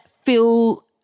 feel